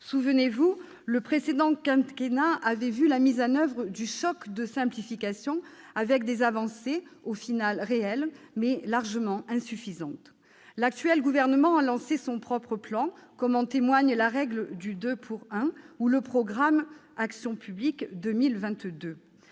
collègues, le précédent quinquennat avait vu la mise en oeuvre du « choc de simplification », avec des avancées en définitive bien réelles, mais largement insuffisantes. L'actuel gouvernement a lancé son propre plan, comme en témoigne la règle du « deux pour un » ou le programme Action publique 2022.